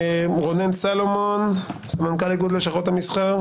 רונן סולומון, סמנכ"ל איגוד לשכות המסחר.